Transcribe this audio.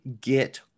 get